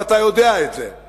ואתה יודע את זה.